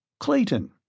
Clayton